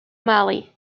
mali